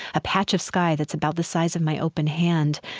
a patch of sky that's about the size of my open hand,